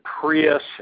Prius